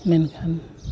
ᱢᱮᱱᱠᱷᱟᱱ